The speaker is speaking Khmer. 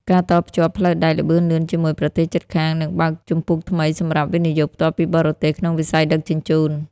ការតភ្ជាប់ផ្លូវដែកល្បឿនលឿនជាមួយប្រទេសជិតខាង នឹងបើកជំពូកថ្មីសម្រាប់ វិនិយោគផ្ទាល់ពីបរទេស ក្នុងវិស័យដឹកជញ្ជូន។